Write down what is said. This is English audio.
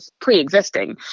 pre-existing